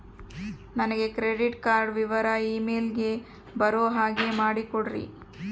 ನನಗೆ credit card ವಿವರ email ಗೆ ಬರೋ ಹಾಗೆ ಮಾಡಿಕೊಡ್ರಿ?